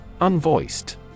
Unvoiced